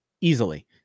easily